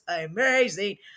amazing